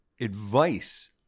Advice